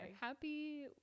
happy